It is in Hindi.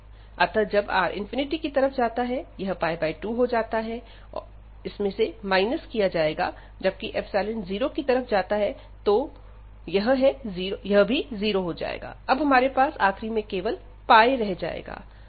अतः जब R की तरफ जाता है यह 2 हो जाता है इसमें से माइनस किया जाएगा जबकि जीरो की तरफ जाता है तो यह है जीरो हो जाएगा अब हमारे पास आखिरी में केवल रह जाएगा